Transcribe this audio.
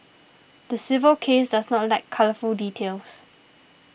the civil case does not lack colourful details